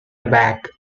aback